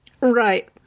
Right